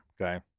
Okay